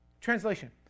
Translation